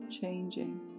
changing